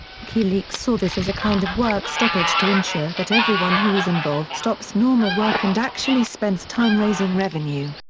wikileaks saw this as a kind of work stoppage to ensure that everyone who is involved stops normal work and actually spends time raising revenue.